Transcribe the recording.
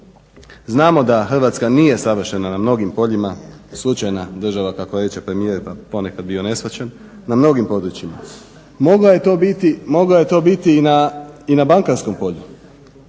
Znamo da Hrvatska nije savršena na mnogim poljima, slučajna državna kako reče premijer pa je ponekad bio neshvaćen, na mnogim područjima. Mogla je to biti i na bankarskom polju.